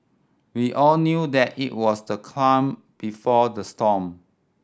we all knew that it was the calm before the storm